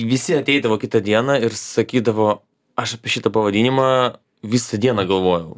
visi ateidavo kitą dieną ir sakydavo aš apie šitą pavadinimą visą dieną galvojau